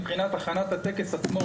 מבחינת הכנת הטקס עצמו,